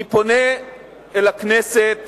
אני פונה אל הכנסת